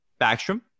Backstrom